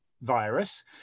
virus